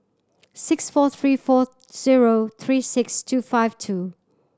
six four three four zero three six two five two